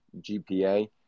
GPA